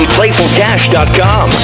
Playfulcash.com